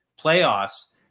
playoffs